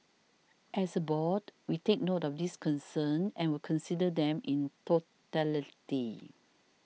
as a board we take note of these concerns and will consider them in totality